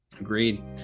Agreed